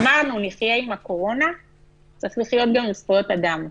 אמרנו: נחיה עם הקורונה צריך לחיות גם עם זכויות אדם.